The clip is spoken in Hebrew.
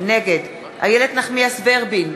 נגד איילת נחמיאס ורבין,